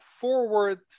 forward